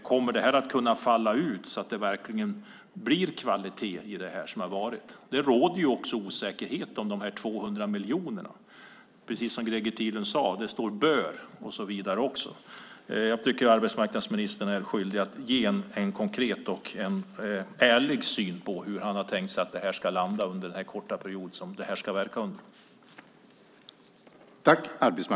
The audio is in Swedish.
Kommer det att kunna falla ut så att det verkligen blir kvalitet i det som varit? Det råder också osäkerhet om dessa 200 miljoner. Precis som Greger Tidlund sade står det "bör" och så vidare. Jag tycker att arbetsmarknadsministern är skyldig att ge en konkret och ärlig syn på hur han har tänkt sig att detta ska landa under den korta period som det ska verka under.